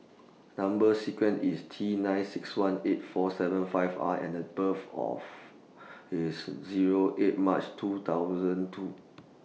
Number sequence IS T nine six one eight four seven five R and The birth of IS Zero eight March two thousand two